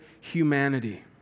humanity